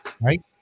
right